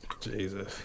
Jesus